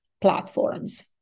platforms